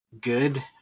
good